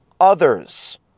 others